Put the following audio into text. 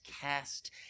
cast